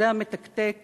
זה המתקתק